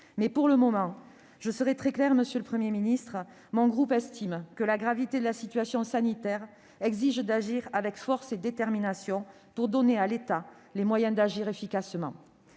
mais, pour le moment, je serai très claire, monsieur le Premier ministre : mon groupe estime que la gravité de la situation sanitaire exige d'agir avec force et détermination pour donner à l'État les moyens d'intervenir efficacement.